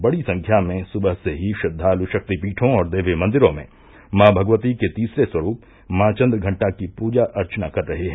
बड़ी संख्या में सुबह से ही श्रद्वालू शक्तिपीठों और देवी मंदिरों में मॉ भगवती के तीसरे स्वरूप मॉ चन्द्रघण्टा की प्रचा अर्चना कर रहे हैं